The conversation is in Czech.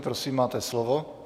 Prosím, máte slovo.